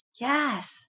Yes